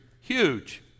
huge